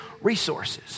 resources